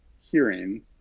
hearing